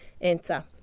enter